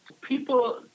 people